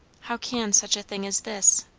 how can such a thing as this?